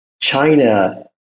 China